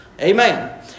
Amen